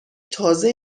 تازه